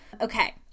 Okay